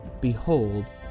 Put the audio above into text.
Behold